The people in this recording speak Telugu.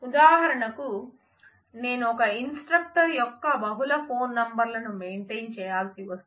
ఉదాహరణకు నేను ఒక ఇన్స్ట్రక్టర్ యొక్క బహుళ ఫోన్ నంబర్లను మెయింటైన్ చేయాల్సి వస్తే